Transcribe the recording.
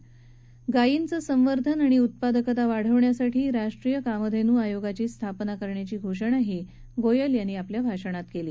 याशिवाय गायींचं संवर्धन आणि उत्पादकता वाढवण्यासाठी राष्ट्रीय कामधेनू आयोगाची स्थापना करण्याची घोषणाही गोयल यांनी केली